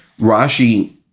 Rashi